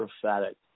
prophetic